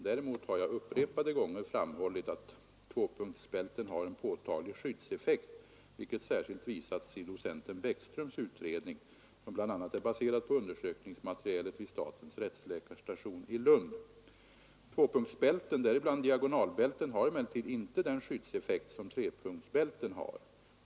Däremot har jag upprepade gånger framhållit att tvåpunktsbälten har en påtaglig skyddseffekt, vilket särskilt visats i docent Bäckströms utredning som bl.a. är baserad på undersökningsmaterialet vid Statens rättsläkarstation i Lund. Tvåpunktsbälten, däribland diagonalbälten har emellertid inte den skyddseffekt som trepunktsbälten har.